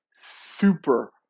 super